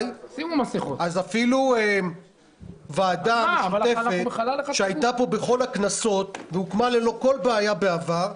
אפילו ועדה משותפת שהייתה פה בכל הכנסות והוקמה ללא כל בעיה בעבר,